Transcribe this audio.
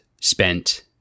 spent